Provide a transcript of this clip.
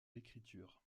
l’écriture